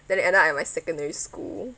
then it end up at my secondary school